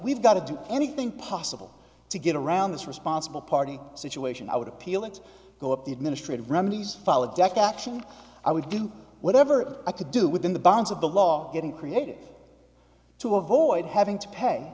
we've got to do anything possible to get around this responsible party situation i would appeal it go up the administrative remedies file object action i would do whatever i could do within the bounds of the law getting creative to avoid having to pay